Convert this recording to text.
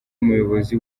umuyobozi